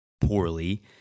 poorly